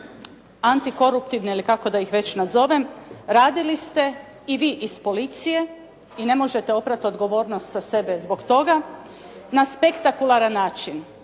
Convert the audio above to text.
antikoruptivne ili kako da ih već nazovem radili ste i vi iz policije i ne možete oprati odgovornost sa sebe zbog toga na spektakularan način.